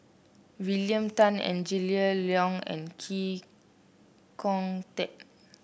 William Tan Angela Liong and Chee Kong Tet